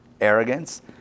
arrogance